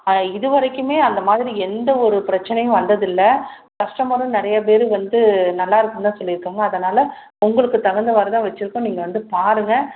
ஆ இதுவரைக்குமே அந்த மாதிரி எந்த ஒரு பிரச்சனையும் வந்ததில்லை கஸ்டமரும் நிறைய பேர் வந்து நல்லா இருக்குன்னு தான் சொல்லி இருக்காங்க அதனால் உங்களுக்கு தகுந்தவாறு தான் வச்சுருக்கோம் நீங்கள் வந்து பாருங்கள்